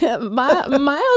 Miles